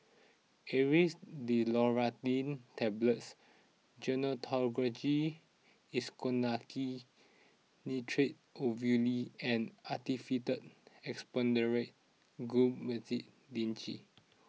Aerius DesloratadineTablets Gyno Travogen Isoconazole Nitrate Ovule and Actified Expectorant Guaiphenesin Linctus